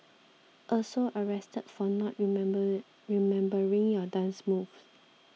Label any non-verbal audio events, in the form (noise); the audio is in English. also arrested for not remember (unintelligible) remembering your dance moves